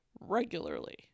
regularly